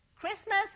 Christmas